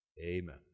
Amen